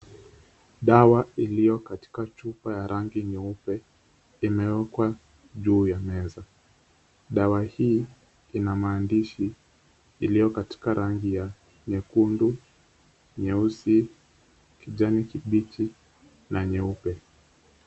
Dawa iliyo katika chupa ya rangi nyeupe, imewekwa juu ya meza. Dawa hii ina maandishi iliyo katika rangi ya nyekundu, nyeusi, kijani kibichi na nyeupe.